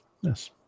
Yes